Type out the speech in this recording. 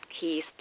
keys